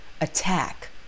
attack